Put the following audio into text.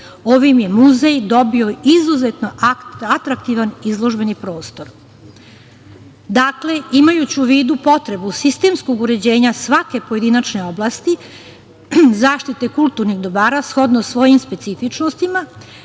Ovim je muzej dobio izuzetno atraktivan izložbeni prostor. Dakle, imajući u vidu potrebu sistemskog uređenja svake pojedinačne oblasti zaštite kulturnih dobara, shodno svojim specifičnostima,